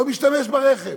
לא משתמש ברכב,